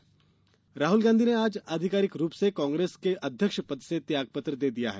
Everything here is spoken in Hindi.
राहुल गांधी राहुल गांधी ने आज आधिकारिक रूप से कांग्रेस के अध्यक्ष पद से त्याग पत्र दे दिया है